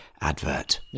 advert